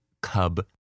cub